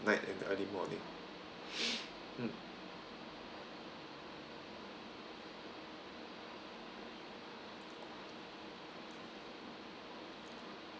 night and early morning mm